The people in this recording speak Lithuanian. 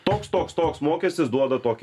toks toks toks mokestis duoda tokį